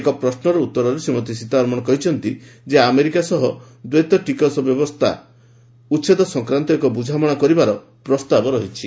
ଏକ ପ୍ରଶ୍ନର ଉତ୍ତରରେ ଶ୍ରୀମତୀ ସୀତାରମଣ କହିଛନ୍ତି ଯେ ଆମେରିକା ସହ ଦ୍ୱେତ ଟିକସ ଉଚ୍ଛେଦ ବ୍ୟବସ୍ଥା ସଂକ୍ରାନ୍ତ ଏକ ବୁଝାମଣା କରିବାର ପ୍ରସ୍ତାବ ରହିଛି